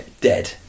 dead